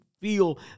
feel